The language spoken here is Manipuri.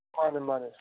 ꯃꯥꯅꯦ ꯃꯥꯅꯦ ꯃꯥꯅꯦ